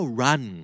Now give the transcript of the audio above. run